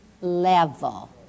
level